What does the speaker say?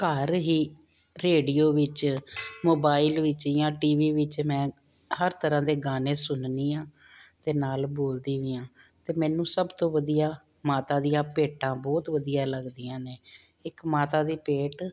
ਘਰ ਹੀ ਰੇਡੀਓ ਵਿੱਚ ਮੋਬਾਇਲ ਵਿੱਚ ਜਾਂ ਟੀਵੀ ਵਿੱਚ ਮੈਂ ਹਰ ਤਰ੍ਹਾਂ ਦੇ ਗਾਣੇ ਸੁਣਦੀ ਹਾਂ ਅਤੇ ਨਾਲ ਬੋਲਦੀ ਵੀ ਹਾਂ ਅਤੇ ਮੈਨੂੰ ਸਭ ਤੋਂ ਵਧੀਆ ਮਾਤਾ ਦੀਆਂ ਭੇਟਾਂ ਬਹੁਤ ਵਧੀਆ ਲੱਗਦੀਆਂ ਨੇ ਇੱਕ ਮਾਤਾ ਦੀ ਭੇਟ